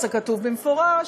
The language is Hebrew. וזה כתוב במפורש.